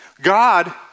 God